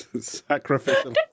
Sacrificial